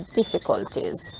difficulties